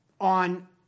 on